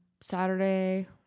Saturday